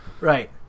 Right